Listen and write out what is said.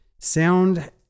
Sound